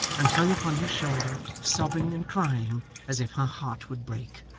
and hung upon his shoulder, sobbing and crying as if her heart would break.